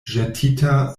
ĵetita